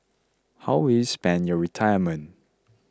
how will you spend your retirement